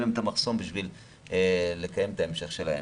להם את המחסום כדי לקיים את ההמשך שלהם.